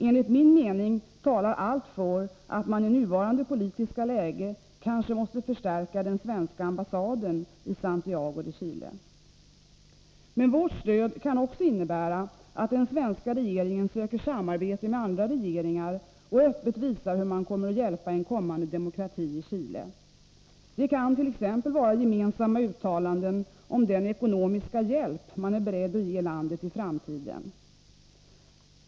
Enligt min mening talar allt för att man i nuvarande politiska läge kanske måste förstärka den svenska ambassaden i Santiago de Chile. Men vårt stöd kan också innebära att den svenska regeringen söker samarbete med andra regeringar och öppet visar hur man kommer att hjälpa en kommande demokrati i Chile. Det kan t.ex. vara gemensamma uttalanden om den ekonomiska hjälp man är beredd att ge landet i framtiden.